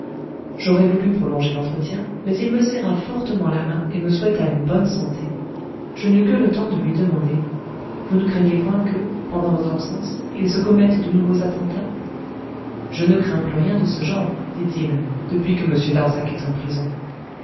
j'aurais voulu prolonger l'entretien mais il me serra fortement la main et me souhaita une bonne santé je n'eus que le temps de lui demander vous ne craignez point que pendant votre absence il se commette de nouveaux attentats je ne crains plus rien de ce genre dit-il depuis que m darzac est en prison